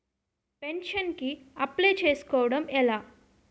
Pension కి apply చేసుకోవడం ఎలా?